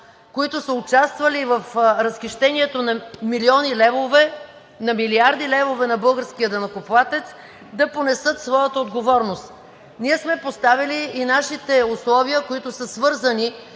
които са участвали в разхищението на милиони левове, на милиарди левове на българския данъкоплатец, да понесат своята отговорност. Ние сме поставили и нашите условия, които са свързани